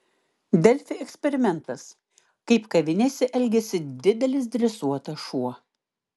delfi eksperimentas kaip kavinėse elgiasi didelis dresuotas šuo